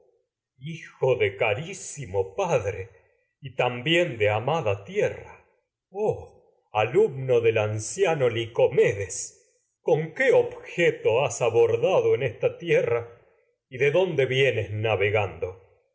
hijo de carísimo padre oh alumno del en y también tierra anciano licomedes con qué objeto has abordado vienes esta tierra y de dónde navegando